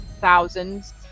thousands